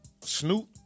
Snoop